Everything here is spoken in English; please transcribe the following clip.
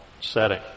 setting